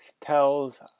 tells